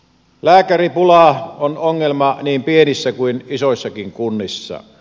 lääkäripula on ongelma niin pienissä kuin isoissakin kunnissa